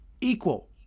Equal